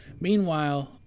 Meanwhile